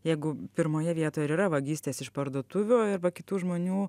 jeigu pirmoje vietoj ir yra vagystės iš parduotuvių arba kitų žmonių